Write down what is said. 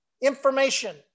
information